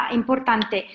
importante